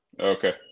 Okay